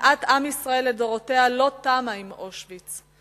שנאת עם ישראל לדורותיה לא תמה עם אושוויץ.